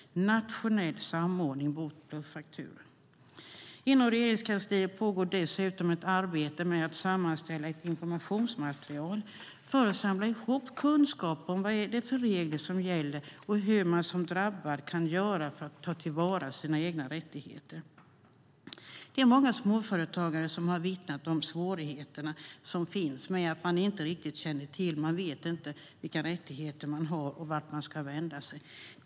Inom Regeringskansliet pågår dessutom ett arbete med att sammanställa ett informationsmaterial för att samla ihop kunskap om vilka regler som gäller och hur man som drabbad kan göra för att ta till vara sina rättigheter. Många småföretagare har vittnat om svårigheterna som finns med att inte riktigt veta vilka rättigheter man har och vart man ska vända sig.